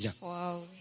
Wow